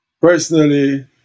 Personally